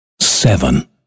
seven